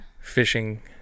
Fishing